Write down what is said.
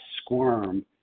squirm